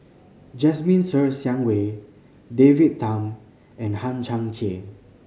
Jasmine Ser Xiang Wei David Tham and Hang Chang Chieh